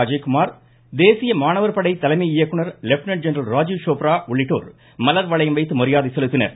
அஜய்குமார் தேசிய மாணவர் படை தலைமை இயக்குநர் லெப்டினன் ஜெனரல் ராஜீவ் சோப்ரா உள்ளிட்டோர் மலர்வளையம் வைத்து மரியாதை செலுத்தினர்